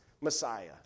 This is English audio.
Messiah